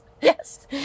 Yes